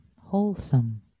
wholesome